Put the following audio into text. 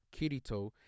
Kirito